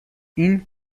این